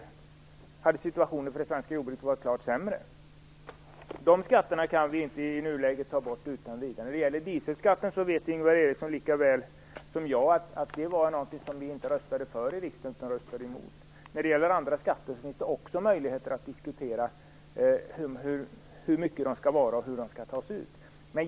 Situationen för svenskt jordbruk hade därför varit klart sämre. Dessa skatter kan inte i nuläget tas bort utan vidare. Ingvar Eriksson vet lika väl som jag att vi inte röstade för dieselskatten i riksdagen. Det finns också möjligheter att diskutera hur höga andra skatter skall vara och hur de skall tas ut.